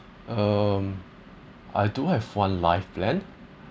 um I do have one life plan